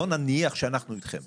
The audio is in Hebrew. בוא נניח שאנחנו אתכם.